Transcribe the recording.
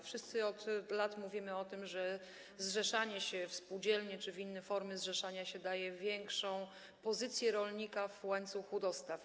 Wszyscy od lat mówimy o tym, że zrzeszanie się w spółdzielnie czy w inne formy zrzeszania się daje większą pozycję rolnika w łańcuchu dostaw.